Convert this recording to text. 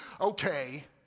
Okay